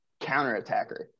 counterattacker